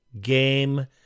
game